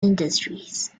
industries